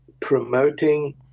promoting